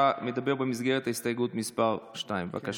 אתה מדבר במסגרת הסתייגות מס' 2. בבקשה,